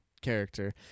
Character